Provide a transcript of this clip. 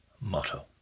motto